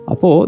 Apo